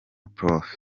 prof